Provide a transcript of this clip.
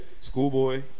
Schoolboy